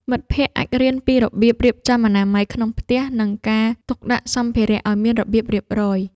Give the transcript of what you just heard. មិត្តភក្តិអាចរៀនពីរបៀបរៀបចំអនាម័យក្នុងផ្ទះបាយ និងការទុកដាក់សម្ភារៈឱ្យមានរបៀបរៀបរយ។